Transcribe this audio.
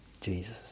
Jesus